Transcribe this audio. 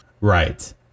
right